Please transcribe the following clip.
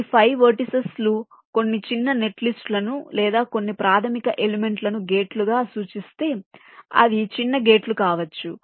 ఈ 5 వెర్టిసిస్ లు కొన్ని చిన్న నెట్లిస్టులను లేదా కొన్ని ప్రాథమిక ఎలిమెంట్ ల ను గేట్లుగా సూచిస్తే అవి చిన్న గేట్లు కావచ్చు